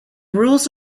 rules